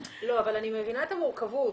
מבינה את המורכבות.